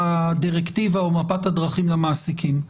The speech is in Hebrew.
הדירקטיבה או מפת הדרכים למעסיקים.